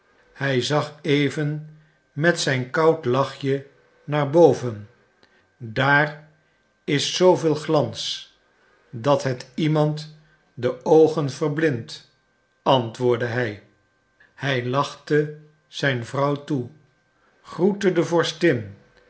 hij zag even met zijn koud lachje naar boven daar is zooveel glans dat het iemand de oogen verblindt antwoordde hij hij lachte zijn vrouw toe groette de